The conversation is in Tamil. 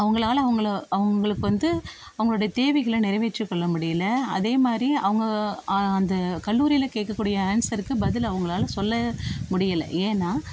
அவங்களால் அவங்களை அவங்களுக்கு வந்து அவங்களோடய தேவைகளை நிறைவேற்றி கொள்ள முடியல அதேமாதிரி அவங்க அந்த கல்லூரியில் கேட்கக்கூடிய ஆன்சருக்கு பதில் அவங்களால் சொல்ல முடியலை ஏன்னா